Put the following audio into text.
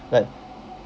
like